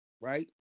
right